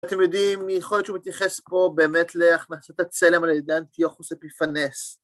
אתם יודעים, יכול להיות שהוא מתייחס פה באמת להכנסת הצלם על ידי אנטיוכוס אפיפנס.